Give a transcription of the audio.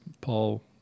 Paul